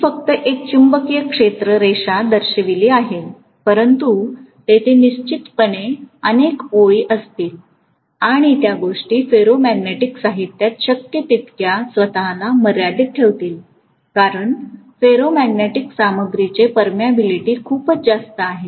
मी फक्त एक चुंबकीय क्षेत्र रेखा दर्शविली आहे परंतु तेथे निश्चितपणे अनेक ओळी असतील आणि त्या गोष्टी फेरोमॅग्नेटिक साहित्यात शक्य तितक्या स्वत ला मर्यादित ठेवतील कारण फेरोमॅग्नेटिक सामग्रीची पेरमियबिलिटी खूपच जास्त आहे